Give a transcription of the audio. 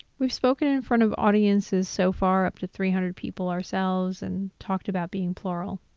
we've spoken in front of audiences so far up to three hundred people ourselves and talked about being plural.